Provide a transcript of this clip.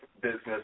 business